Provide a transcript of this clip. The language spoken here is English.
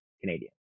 Canadian